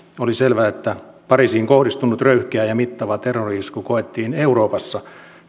oli selvää että pariisiin kohdistunut röyhkeä ja mittava terrori isku koettiin euroopassa